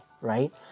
right